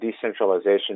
decentralization